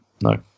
no